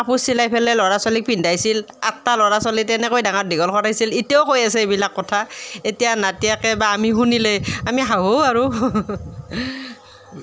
কাপোৰ চিলাই পেলাই ল'ৰা ছোৱালীক পিন্ধাইছিল আঠটা ল'ৰা ছোৱালী তেনেকৈ ডাঙৰ দীঘল কৰাইছিল এতিয়াও কৈ আছে এইবিলাক কথা এতিয়া নাতিয়েকে বা আমি শুনিলে আমি হাহোঁ আৰু